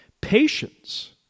patience